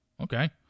okay